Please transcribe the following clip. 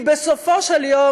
בסופו של יום,